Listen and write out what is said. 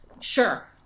Sure